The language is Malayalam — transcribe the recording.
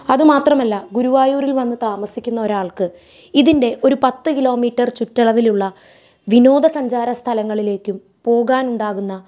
അതുമാത്രമല്ല ഗുരുവായൂരിൽ വന്ന് താമസിക്കുന്ന ഒരാൾക്ക് ഇതിൻ്റെ ഒരു പത്ത് കിലോമീറ്റർ ചുറ്റളവിലുള്ള വിനോദസഞ്ചാരസ്ഥലങ്ങളിലേക്കും പോകാനുണ്ടാകുന്ന